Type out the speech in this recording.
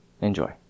enjoy